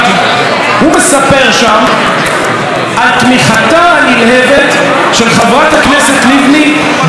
הוא מספר שם על תמיכתה הנלהבת של חברת הכנסת לבני בחוק הלאום.